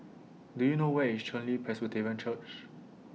Do YOU know Where IS Chen Li Presbyterian Church